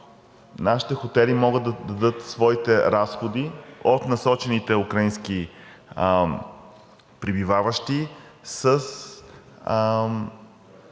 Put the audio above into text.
нашите хотели могат да дадат своите разходи от насочените украински пребиваващи с